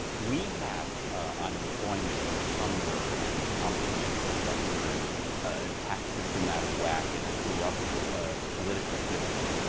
we have unemployment and hunger and crumbling infrastructure and a tax system out of whack and a corrupt ah political system.